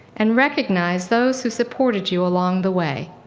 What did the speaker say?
and recognize those who supported you along the way.